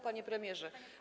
Panie Premierze!